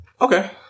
Okay